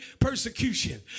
persecution